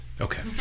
Okay